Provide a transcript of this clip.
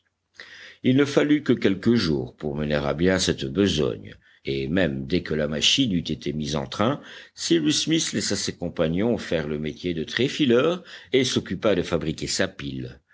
il ne fallut que quelques jours pour mener à bien cette besogne et même dès que la machine eut été mise en train cyrus smith laissa ses compagnons faire le métier de tréfileurs et s'occupa de fabriquer sa pile